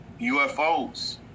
UFOs